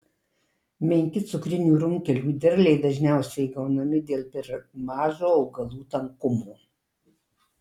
menki cukrinių runkelių derliai dažniausiai gaunami dėl per mažo augalų tankumo